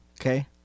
Okay